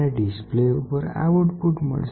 અને ડિસ્પ્લે ઉપર આઉટપુટ મળશે